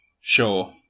Sure